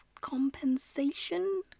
compensation